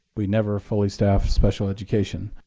we never fully staff special education.